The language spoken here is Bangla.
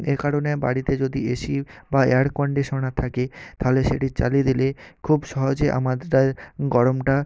একারণে বাড়িতে যদি এসি বা এয়ার কন্ডিশনার থাকে থাহলে সেটি চালিয়ে দিলে খুব সহজে আমাদের আর গরমটা